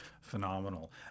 phenomenal